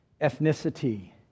ethnicity